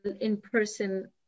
in-person